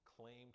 claimed